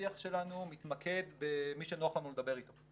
שהשיח שלנו מתמקד במי שנוח לנו לדבר איתו,